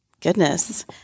Goodness